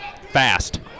fast